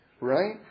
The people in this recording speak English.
Right